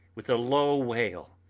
with a low wail,